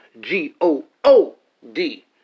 G-O-O-D